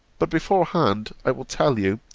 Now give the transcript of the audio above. but before-hand i will tell you,